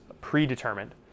predetermined